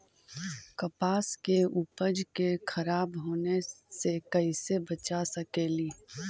कपास के उपज के खराब होने से कैसे बचा सकेली?